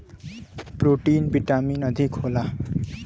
protein vitamin अधिक होला